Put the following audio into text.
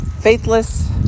faithless